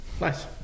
Nice